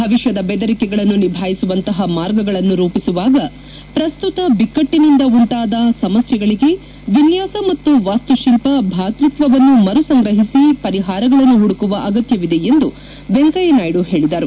ಭವಿಷ್ಯದ ಬೆದರಿಕೆಗಳನ್ನು ನಿಭಾಯಿಸುವಂತಹ ಮಾರ್ಗಗಳನ್ನು ರೂಪಿಸುವಾಗ ಪ್ರಸ್ತುತ ಬಿಕ್ಕಟ್ಟನಿಂದ ಉಂಟಾದ ಸಮಸ್ಕೆಗಳಿಗೆ ವಿನ್ಯಾಸ ಮತ್ತು ವಾಸ್ತು ಶಿಲ್ಪ ಭಾತೃತ್ವವನ್ನು ಮರು ಸಂಗ್ರಹಿಸಿ ಪರಿಪಾರಗಳನ್ನು ಪುಡುಕುವ ಅಗತ್ಯವಿದೆ ಎಂದು ವೆಂಕಯ್ಯನಾಯ್ಡು ಹೇಳಿದರು